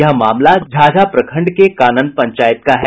यह मामला झाझा प्रखंड के कानन पंचायत का है